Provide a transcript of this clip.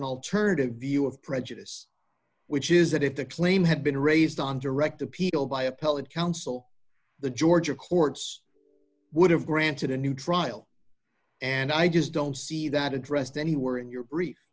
an alternative view of prejudice which is that if the claim had been raised on direct appeal by appellate counsel the georgia courts would have granted a new trial and i just don't see that addressed any were in your brief